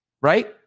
right